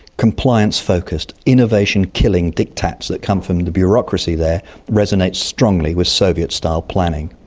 compliance-focussed, innovation killing dictates that come from the bureaucracy there resonate strongly with soviet-style planning.